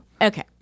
Okay